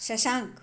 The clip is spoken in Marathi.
शशांक